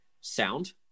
sound